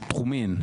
תחומין.